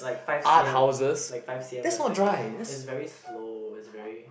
like five C_M like five C_M per second it's very slow it's very